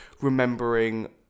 remembering